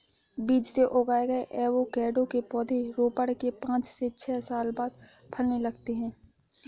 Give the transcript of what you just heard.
बीज से उगाए गए एवोकैडो के पौधे रोपण के पांच से छह साल बाद फलने लगते हैं